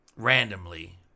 Randomly